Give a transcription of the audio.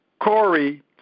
Corey